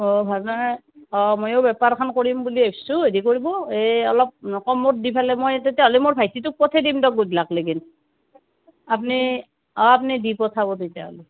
হয় ভাল মানে হয় ময়ো বেপাৰখন কৰিম বুলি ভাবছোঁ হেৰি কৰিব এই অলপ কমত দি পেলাই মই তেতিয়াহ'লে ভাইটিটোক পঠিয়াই দিম দিয়ক গধূলাকলৈকে হয় আপুনি দি পঠিয়াব তেতিয়াহ'লে